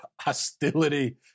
hostility